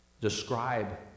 Describe